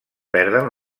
perden